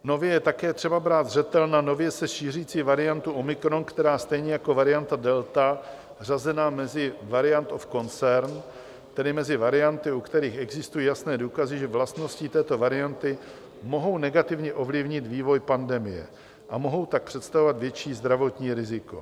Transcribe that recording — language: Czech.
Nově je také třeba brát zřetel na nově se šířící variantu omikron, která je stejně jako varianta delta zařazena mezi variant of concern, tedy mezi varianty, u kterých existují jasné důkazy, že vlastnosti těchto variant mohou negativně ovlivnit vývoj pandemie, a mohou tak představovat větší zdravotní riziko.